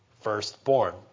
firstborn